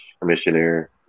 commissioner